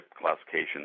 classification